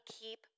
keep